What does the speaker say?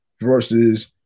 versus